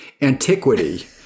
Antiquity